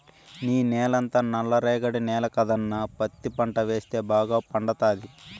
నీ నేలంతా నల్ల రేగడి నేల కదన్నా పత్తి పంట వేస్తే బాగా పండతాది